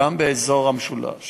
גם באזור המשולש